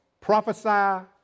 prophesy